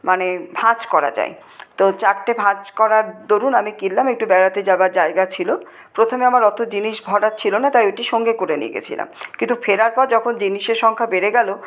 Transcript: মানে ভাঁজ করা যায় তো চারটে ভাঁজ করার দরুণ আমি কিনলাম একটু বেড়াতে যাওয়ার জায়গা ছিল প্রথমে আমার অত জিনিস ভরার ছিল না তাই ওটি সঙ্গে করে নিয়ে গেছিলাম কিন্তু ফেরার পর যখন জিনিসের সংখ্যা বেড়ে গেলো